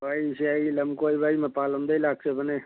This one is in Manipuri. ꯑꯣ ꯑꯩꯁꯦ ꯑꯩ ꯂꯝ ꯀꯣꯏꯕ ꯑꯩ ꯃꯄꯥꯟ ꯂꯣꯝꯗꯩ ꯂꯥꯛꯆꯕꯅꯦ